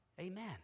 Amen